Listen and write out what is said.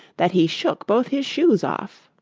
that he shook both his shoes off.